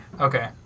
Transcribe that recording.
Okay